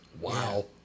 Wow